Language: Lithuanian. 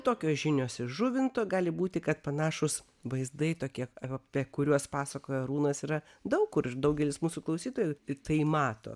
tokios žinios iš žuvinto gali būti kad panašūs vaizdai tokie apie kuriuos pasakojo arūnas yra daug kur ir daugelis mūsų klausytojų tai mato